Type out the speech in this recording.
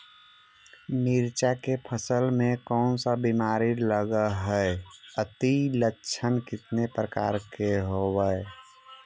मीरचा के फसल मे कोन सा बीमारी लगहय, अती लक्षण कितने प्रकार के होब?